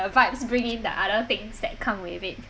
vibes bringing the other things that come with it